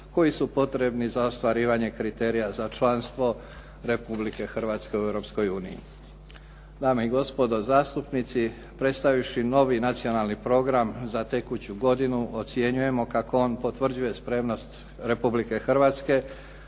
koji su potrebni za ostvarivanje kriterija za članstvo Republike Hrvatske u Europskoj uniji. Dame i gospodo zastupnici, predstavivši novi nacionalni program za tekuću godinu, ocjenjujemo kako on potvrđuje spremnost Republike Hrvatske